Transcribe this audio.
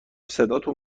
صداتون